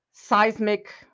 seismic